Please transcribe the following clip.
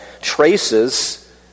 traces